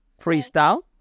freestyle